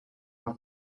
have